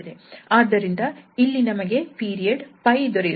ಆದ್ದರಿಂದ ಇಲ್ಲಿ ನಮಗೆ ಪೀರಿಯಡ್ 𝜋 ದೊರೆಯುತ್ತದೆ